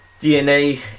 DNA